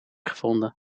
gevonden